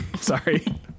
sorry